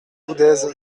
boudaises